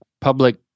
public